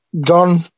gone